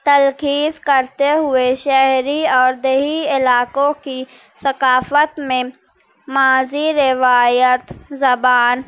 تلخیص کرتے ہوئے شہری اور دیہی علاقوں کی ثقافت میں ماضی روایت زبان